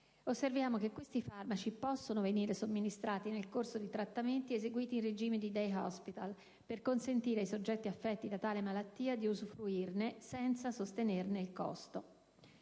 osservo che questi farmaci possono venire somministrati nel corso di trattamenti eseguiti in regime di *day hospital* per consentire ai soggetti affetti da tale malattia di usufruirne senza sostenerne il costo.